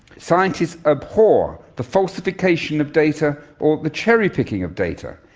scientists abhor the falsification of data or the cherry-picking of data,